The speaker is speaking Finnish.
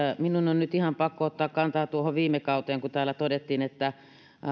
minun on nyt ihan pakko ottaa kantaa tuohon viime kauteen kun täällä todettiin että